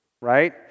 right